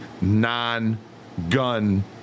non-gun